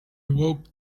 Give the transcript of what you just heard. walked